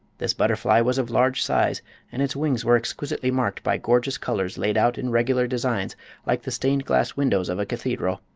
this butterfly was of large size and its wings were exquisitely marked by gorgeous colors laid out in regular designs like the stained glass windows of a cathedral.